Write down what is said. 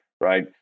right